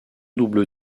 double